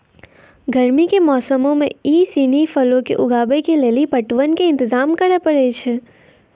गरमी के मौसमो मे इ सिनी फलो के उगाबै के लेली पटवन के इंतजाम करै पड़ै छै